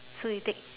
so you take